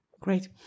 Great